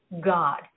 God